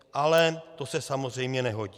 Ale to se samozřejmě nehodí.